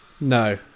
no